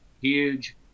huge